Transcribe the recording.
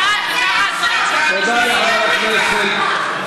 שיתנצל עכשיו,